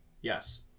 Yes